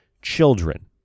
children